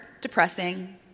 depressing